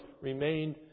remained